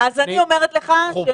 חובה להעביר את התלונה למח"ש,